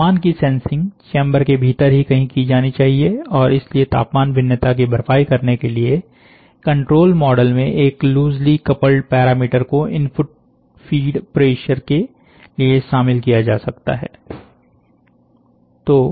तापमान की sensing chamber के भीतर ही कहीं की जानी चाहिए और इसलिए तापमान भिन्नता की भरपाई करने के लिए कंट्रोल मॉडल में एक लूजली कपल्ड पैरामीटर को इनपुट फीड़ प्रेशर के लिए शामिल किया जा सकता है